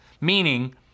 meaning